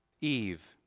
Eve